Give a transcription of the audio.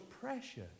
pressure